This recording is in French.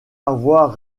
avoir